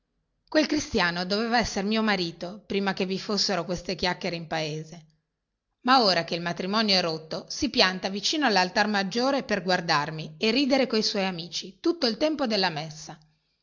quel cristiano doveva esser mio marito prima che vi fossero queste chiacchiere in paese ma ora che il matrimonio è rotto si pianta vicino allaltar maggiore per guardarmi e ridere coi suoi amici tutto il tempo della santa messa e